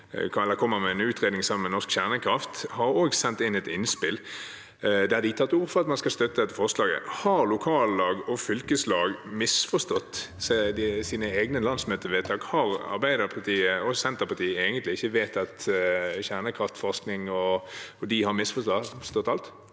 Kjernekraft, om en utredning. De har også sendt inn et innspill der de tar til orde for at man skal støtte dette forslaget. Har lokallag og fylkeslag misforstått sine egne landsmøtevedtak? Har Arbeiderpartiet og Senterpartiet egentlig ikke vedtatt kjernekraftforskning, og har disse misforstått alt?